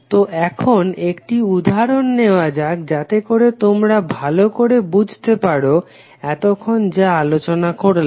তো এখন একটি উদাহরণ নেওয়া যাক যাতেকরে তোমরা ভালো করে বুঝতে পারো এতক্ষণ যা আলোচনা করলাম